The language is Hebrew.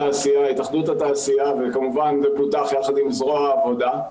התאחדות התעשייה וכמובן זה פותח יחד עם זרוע העבודה.